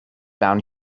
down